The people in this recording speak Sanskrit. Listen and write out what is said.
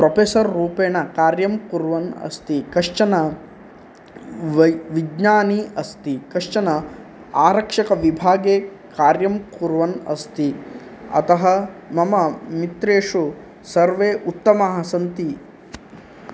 प्रोपेसर् रूपेण कार्यं कुर्वन् अस्ति कश्चन वै विज्ञानी अस्ति कश्चन आरक्षकविभागे कार्यं कुर्वन् अस्ति अतः मम मित्रेषु सर्वे उत्तमाः सन्ति